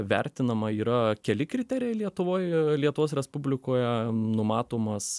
vertinama yra keli kriterijai lietuvoj lietuvos respublikoje numatomas